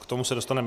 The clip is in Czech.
K tomu se dostaneme.